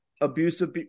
abusive